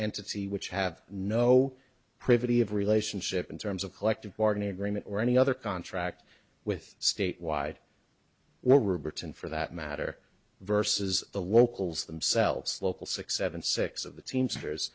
entity which have no privity of relationship in terms of collective bargaining agreement or any other contract with state wide well robertson for that matter versus the locals themselves local six seven six of the teamsters